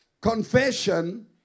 confession